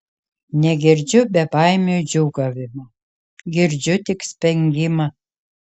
negirdžiu bebaimių džiūgavimo girdžiu tik spengimą